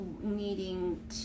needing